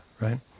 right